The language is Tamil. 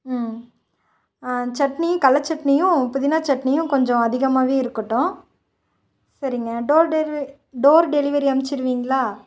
ம் ஆ சட்னி கடல சட்னியும் புதினா சட்னியும் கொஞ்சம் அதிகமாகவே இருக்கட்டும் சரிங்க டோர் டெலிரிவ டோர் டெலிவரி அமுச்சிருவிங்களா